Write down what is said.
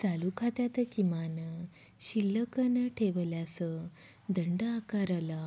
चालू खात्यात किमान शिल्लक न ठेवल्यास दंड आकारला